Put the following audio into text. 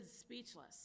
speechless